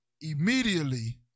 immediately